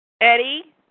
Eddie